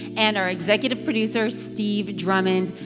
and our executive producer, steve drummond.